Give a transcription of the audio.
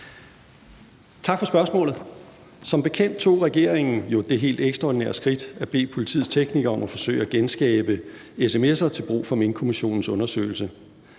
Tak for spørgsmålet. Som bekendt tog regeringen det helt ekstraordinære skridt at bede politiets teknikere om at forsøge at genskabe sms'er til brug for Minkkommissionens undersøgelse.